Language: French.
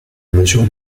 mesure